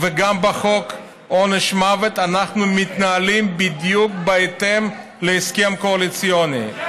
וגם בחוק עונש מוות אנחנו מתנהלים בדיוק בהתאם להסכם הקואליציוני,